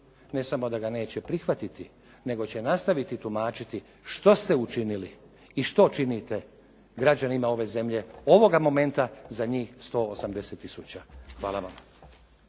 Ne samo da ga neće prihvatiti, nego će nastaviti tumačiti što ste učinili i što činite građanima ove zemlje ovoga momenta za njih 180 tisuća. Hvala vam.